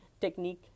technique